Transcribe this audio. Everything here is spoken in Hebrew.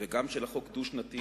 וגם של החוק דו-שנתי,